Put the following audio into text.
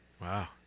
Wow